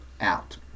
out